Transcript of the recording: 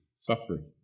suffering